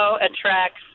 attracts